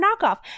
knockoff